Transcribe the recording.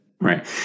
Right